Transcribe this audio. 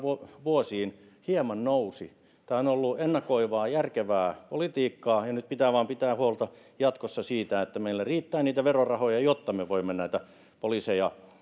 vuosiin jopa hieman nousi tämä on ollut ennakoivaa järkevää politiikkaa ja nyt pitää vain pitää jatkossa huolta siitä että meillä riittää niitä verorahoja jotta me voimme palkata näitä poliiseja